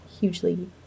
hugely